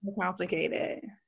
complicated